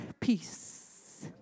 Peace